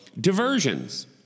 diversions